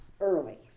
Early